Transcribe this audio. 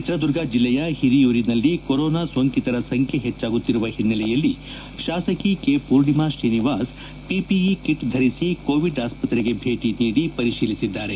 ಚಿತ್ರದುರ್ಗ ಜಿಲ್ಲೆಯ ಪಿರಿಯೂರಿನಲ್ಲಿ ಕೊರೋನಾ ಸೋಂಕಿತರ ಸಂಖ್ಯೆ ಹೆಚ್ಚಾಗುತ್ತಿರುವ ಪಿನ್ನೆಲೆಯಲ್ಲಿ ಶಾಸಕಿ K Poornima Srinivas PPE kit ಧರಿಸಿ ಕೋವಿಡ್ ಆಸ್ವತ್ರೆಗೆ ಭೇಟಿ ನೀಡಿ ಪರಿಶೀಲಿಸಿದ್ದಾರೆ